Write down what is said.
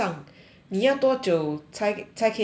你要多久才才可以买到